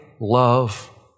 love